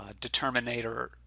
determinator